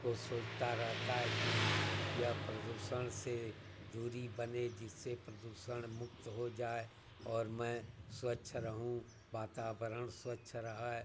को सोचता रहता है कि यह प्रदूषण से दूरी बने जिससे प्रदूषण मुक्त हो जाए और मैं स्वच्छ रहूँ वातावरण स्वच्छ रहे